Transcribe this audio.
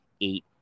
eight